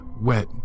wet